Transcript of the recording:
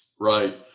Right